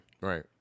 Right